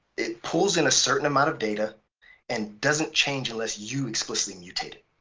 it pulls in a certain amount of data and doesn't change unless you explicitly mutated.